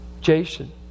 Jason